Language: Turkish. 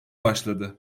başladı